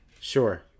Sure